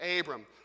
Abram